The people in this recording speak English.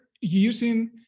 using